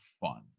fun